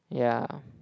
yeah